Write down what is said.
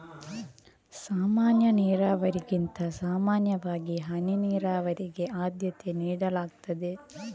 ಸಾಮಾನ್ಯ ನೀರಾವರಿಗಿಂತ ಸಾಮಾನ್ಯವಾಗಿ ಹನಿ ನೀರಾವರಿಗೆ ಆದ್ಯತೆ ನೀಡಲಾಗ್ತದೆ